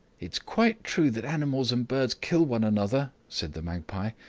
it's quite true that animals and birds kill one another, said the magpie,